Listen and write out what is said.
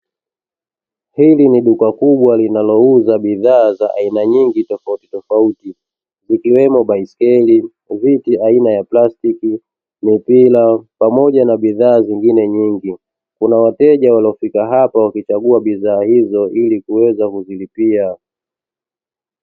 Hili ni duka kubwa linalouza bidhaa za aina nyingi tofauti tofauti ikiwemo baiskeli, viti aina ya plastiki, mipira pamoja na bidhaa zingine nyingi kuna wateja waliofika hapa wakichagua bidhaa hizo ili kuweza kuzilipia.